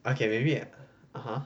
okay very weird (uh huh)